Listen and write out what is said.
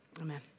amen